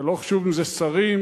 ולא חשוב אם שרים,